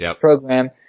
program